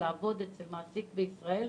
לעבוד אצל מעסיק בישראל,